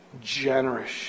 generous